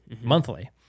monthly